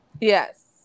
Yes